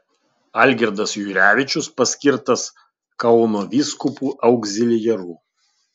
algirdas jurevičius paskirtas kauno vyskupu augziliaru